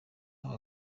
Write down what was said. aba